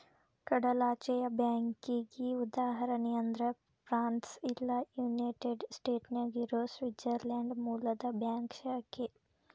ಕಡಲಾಚೆಯ ಬ್ಯಾಂಕಿಗಿ ಉದಾಹರಣಿ ಅಂದ್ರ ಫ್ರಾನ್ಸ್ ಇಲ್ಲಾ ಯುನೈಟೆಡ್ ಸ್ಟೇಟ್ನ್ಯಾಗ್ ಇರೊ ಸ್ವಿಟ್ಜರ್ಲ್ಯಾಂಡ್ ಮೂಲದ್ ಬ್ಯಾಂಕ್ ಶಾಖೆ